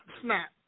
snap